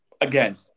again